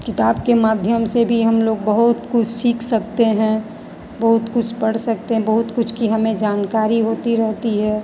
किताब के माध्यम से भी हम लोग बहुत कुछ सीख सकते हैं बहुत कुछ पढ़ सकते हैं बहुत कुछ की हमें जानकारी होती रहती है